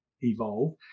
evolve